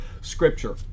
scripture